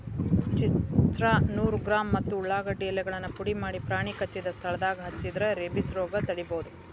ಚಿರ್ಚ್ರಾ ನೂರು ಗ್ರಾಂ ಮತ್ತ ಉಳಾಗಡ್ಡಿ ಎಲೆಗಳನ್ನ ಪುಡಿಮಾಡಿ ಪ್ರಾಣಿ ಕಚ್ಚಿದ ಸ್ಥಳದಾಗ ಹಚ್ಚಿದ್ರ ರೇಬಿಸ್ ರೋಗ ತಡಿಬೋದು